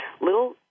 little